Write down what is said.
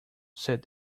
said